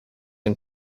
and